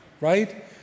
right